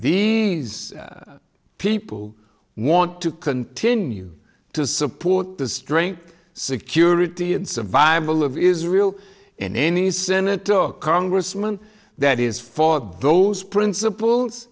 these people want to continue to support the strength security and survival of israel and any senator or congressman that is for those principles